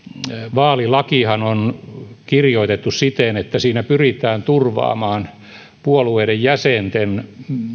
vaalilakihan on kirjoitettu siten että siinä pyritään turvaamaan puolueiden jäsenten